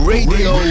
Radio